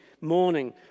morning